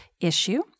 issue